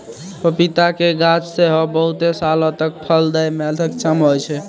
पपीता के गाछ सेहो बहुते सालो तक फल दै मे सक्षम होय छै